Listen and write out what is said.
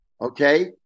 Okay